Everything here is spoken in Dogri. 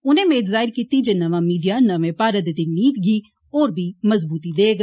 उनें मेद जाहिर कीती जे नमा मीडिया नमे भारत दी नीह गी होर मज़बूती देग